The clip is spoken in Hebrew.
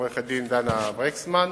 עורכת-דין דנה בריסקמן,